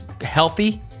healthy